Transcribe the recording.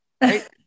Right